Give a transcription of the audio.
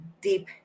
deep